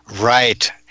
Right